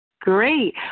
Great